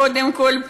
קודם כול,